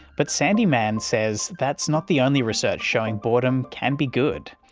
but sandi mann says that's not the only research showing boredom can be good.